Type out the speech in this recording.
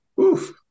Oof